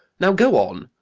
now, go on!